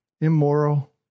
immoral